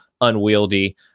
unwieldy